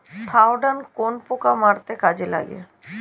Thiodan কোন পোকা মারতে কাজে লাগে?